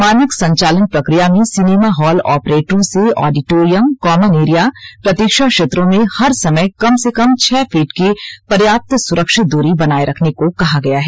मानक संचालन प्रक्रिया में सिनेमा हॉल ऑपरेटरों से ऑडिटोरियम कॉमन एरिया प्रतीक्षा क्षेत्रों में हर समय कम से कम छह फीट की पर्याप्त सुरक्षित दूरी बनाये रखने को कहा गया है